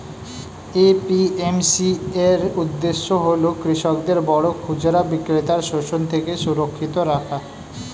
APMC এর উদ্দেশ্য হল কৃষকদের বড় খুচরা বিক্রেতার শোষণ থেকে সুরক্ষিত রাখা